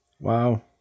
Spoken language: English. wow